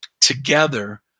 together